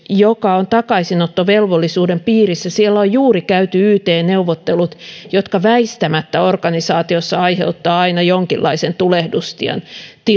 joka on takaisinottovelvollisuuden piirissä on juuri käyty yt neuvottelut jotka väistämättä organisaatiossa aiheuttavat aina jonkinlaisen tulehdustilan